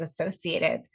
associated